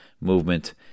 movement